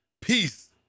Peace